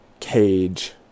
cage